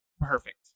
Perfect